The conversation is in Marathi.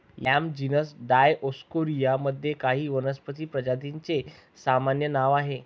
याम जीनस डायओस्कोरिया मध्ये काही वनस्पती प्रजातींचे सामान्य नाव आहे